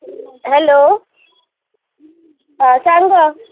hello आ सांग